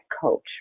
coach